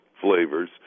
flavors